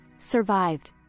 survived